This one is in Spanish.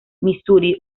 misuri